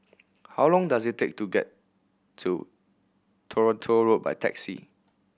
how long does it take to get to Toronto Road by taxi